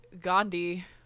Gandhi